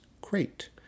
great